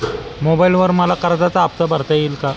मोबाइलवर मला कर्जाचा हफ्ता भरता येईल का?